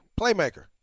Playmaker